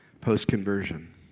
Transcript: post-conversion